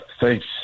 thanks